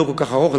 לא כל כך ארוך,